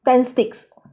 ten sticks